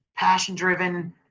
passion-driven